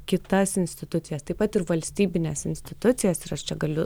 kitas institucijas taip pat ir valstybines institucijas ir aš čia galiu